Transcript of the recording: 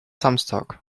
samstag